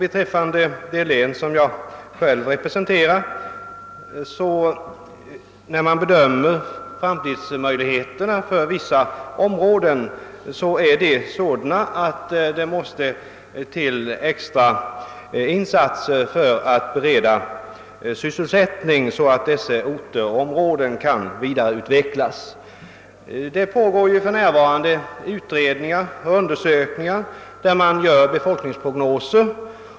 Inom det län som jag själv representerar är framtidsmöjligheterna för vissa områden sådana, att det krävs extra insatser för att bereda sysselsättning, så att dessa orter och områden kan vidareutvecklas. Det pågår för närvarande utredningar och undersökningar, där man också gör befolkningsprognoser.